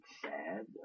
sad